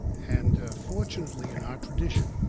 and, fortunately, in our tradition,